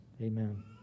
amen